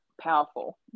powerful